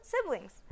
siblings